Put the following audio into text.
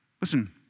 Listen